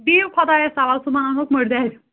بِہِو خۄدایس حوال صُبحن انہوکھ مٔردیآدِم